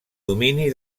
domini